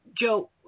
Joe